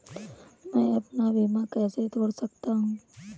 मैं अपना बीमा कैसे तोड़ सकता हूँ?